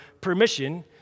permission